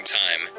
time